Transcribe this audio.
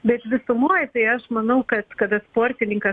bet visumoj tai aš manau kad kada sportininkas